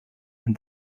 and